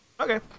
Okay